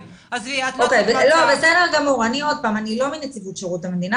אני אומרת שוב שאני לא מנציבות שירות המדינה,